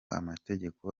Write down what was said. amategeko